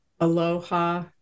aloha